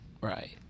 Right